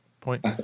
point